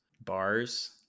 bars